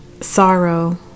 sorrow